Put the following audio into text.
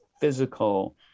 physical